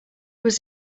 was